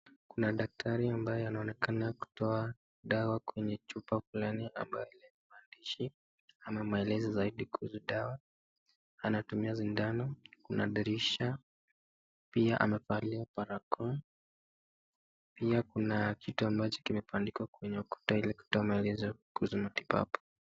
Kuna daktari ambaye anaonekana kutoa dawa kwenye chupa fulani ambayo lenye maandishi ama maelezo zaidi kuhusu dawa. Anatumia sindano. Kuna dirisha, pia amevalia barakoa. Pia kuna kitu ambacho kimepandikwa kwenye ukuta ili kutoa maelezo kuhusu matibabu.